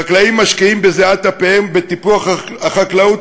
חקלאים משקיעים בזיעת אפיהם בטיפוח החקלאות